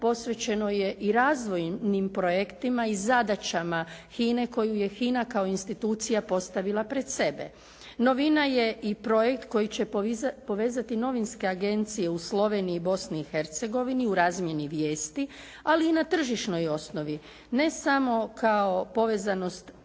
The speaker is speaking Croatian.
posvećeno je i razvojnim projektima i zadaćama HINA-e koju je HINA kao institucija postavila pred sebe. Novina je i projekt koji će povezati novinske agencije u Sloveniji i Bosni i Hercegovini u razmjeni vijesti ali i na tržišnoj osnovi, ne samo kao povezanost